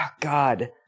God